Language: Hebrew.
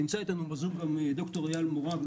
נמצא איתנו בזום גם ד"ר אייל מורג,